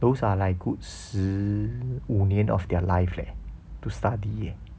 those are like 十五年 of their life eh to study eh